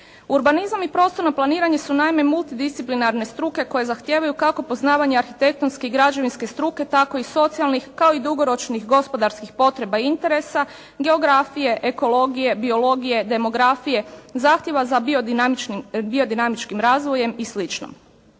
Urbanizam i prostorno planiranje su naime multidisciplinarne struke koje zahtijevaju kako poznavanje arhitektonske i građevinske struke tako i socijalnih kao i dugoročnih gospodarskih potreba i interesa, geografije, ekologije, biologije, demografije, zahtjeva za biodinamičnim, biodinamičkim